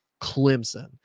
Clemson